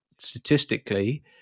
statistically